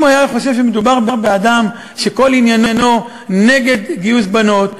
אם הוא היה חושב שמדובר באדם שכל עניינו נגד גיוס בנות,